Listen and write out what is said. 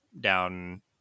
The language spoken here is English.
down